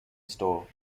store